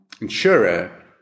insurer